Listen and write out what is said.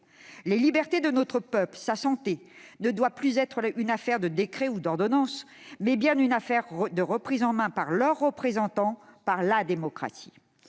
et la santé de notre peuple ne doivent plus être une affaire de décret ou d'ordonnance, mais bien une affaire reprise en main par ses représentants, par la démocratie.